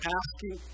asking